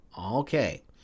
Okay